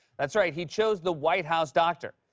that's right, he chose the white house doctor.